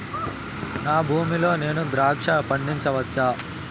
నా భూమి లో నేను ద్రాక్ష పండించవచ్చా?